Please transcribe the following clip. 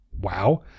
wow